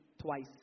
twice